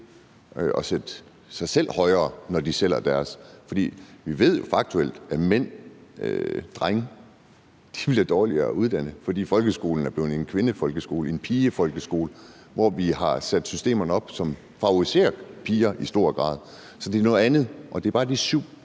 at sætte sig selv højere, når de sælger deres arbejdskraft. For vi ved jo faktuelt, at mænd, drenge, bliver dårligere uddannet, fordi folkeskolen er blevet en kvindefolkeskole, en pigefolkeskole, hvor vi har sat systemerne op på en måde, som i høj grad favoriserer piger. Så det er noget andet. Og de 7 pct. vil